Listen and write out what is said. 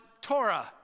Torah